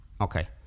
Okay